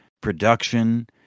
production